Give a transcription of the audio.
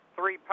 three